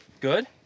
Good